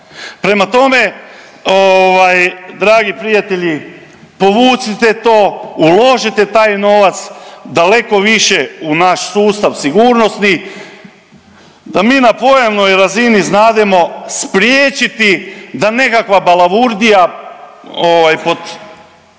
Prema tome dragi prijatelji povucite to, uložite taj novac daleko više u naš sustav sigurnosti da mi na pojavnoj razini znademo spriječiti da nekakva balavurdija zatrovana